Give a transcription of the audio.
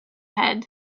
head